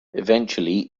eventually